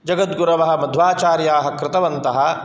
जगद्गुरवः मध्वाचार्याः कृतवन्तः